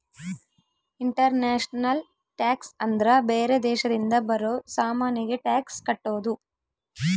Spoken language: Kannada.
ಇಂಟರ್ನ್ಯಾಷನಲ್ ಟ್ಯಾಕ್ಸ್ ಅಂದ್ರ ಬೇರೆ ದೇಶದಿಂದ ಬರೋ ಸಾಮಾನಿಗೆ ಟ್ಯಾಕ್ಸ್ ಕಟ್ಟೋದು